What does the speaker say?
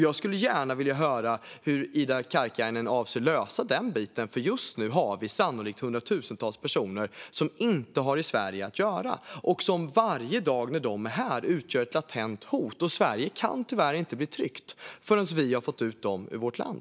Jag skulle gärna vilja höra hur Ida Karkiainen avser att lösa den biten, för just nu har vi sannolikt hundratusentals personer som inte har i Sverige att göra och som varje dag de är här utgör ett latent hot. Sverige kan tyvärr inte bli tryggt förrän vi har fått ut dem ur vårt land.